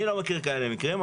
אני לא מכיר כאלה מקרים,